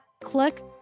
click